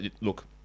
Look